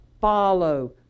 follow